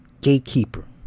gatekeeper